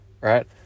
right